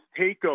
takeover